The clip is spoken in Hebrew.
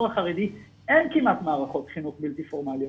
החרדי אין כמעט מערכות חינוך בלתי פורמליות,